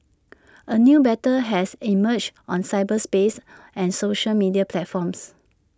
A new battle has emerged on cyberspace and social media platforms